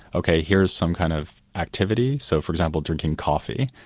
okay, here's some kind of activity, so for example, drinking coffee,